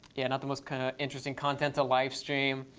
yeah, not the most kind of interesting content to livestream.